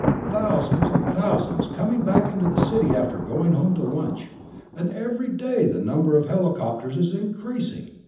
thousands and thousands coming back into the city after going home to lunch and every day the number of helicopters is increasing!